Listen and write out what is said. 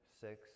six